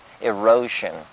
erosion